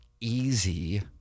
easy